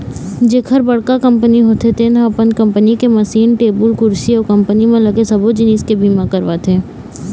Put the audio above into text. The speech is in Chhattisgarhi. जेखर बड़का कंपनी होथे तेन ह अपन कंपनी के मसीन, टेबुल कुरसी अउ कंपनी म लगे सबो जिनिस के बीमा करवाथे